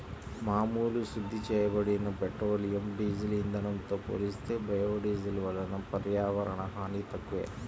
మామూలు శుద్ధి చేయబడిన పెట్రోలియం, డీజిల్ ఇంధనంతో పోలిస్తే బయోడీజిల్ వలన పర్యావరణ హాని తక్కువే